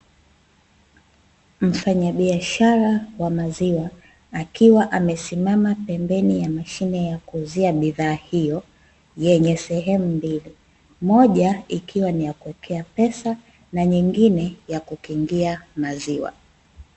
Mfanyabiashara wa maziwa akiwa amesimama pembeni ya mashine ya kuuzia bidhaa hiyo yenye sehemu mbili, moja ikiwa ni ya kuwekea pesa na nyingine ya kukingia maziwa.